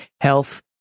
health